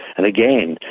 and again,